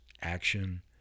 action